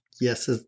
Yes